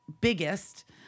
biggest